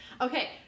Okay